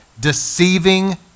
deceiving